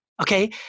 Okay